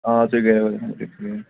آ تُہۍ گٔیوے